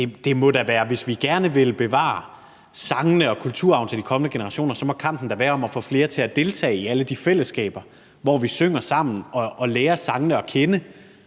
organisationer. Hvis vi gerne vil bevare sangene og kulturarven til de kommende generationer, må kampen da være om at få flere til at deltage i alle de fællesskaber, hvor vi synger sammen og lærer sangene at kende